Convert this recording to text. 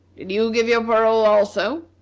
you give your parole also?